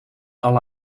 alle